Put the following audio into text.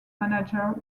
manager